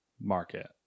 market